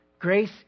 Grace